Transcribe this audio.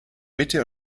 mitte